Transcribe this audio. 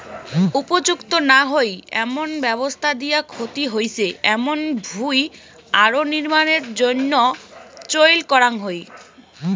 উপযুক্ত না হই এমন ব্যবস্থা দিয়া ক্ষতি হইচে এমুন ভুঁই আরো নির্মাণের জইন্যে চইল করাঙ হই